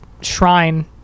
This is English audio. shrine